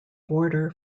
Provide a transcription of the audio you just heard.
border